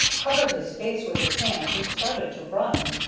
covered his face with his hands, and started to run.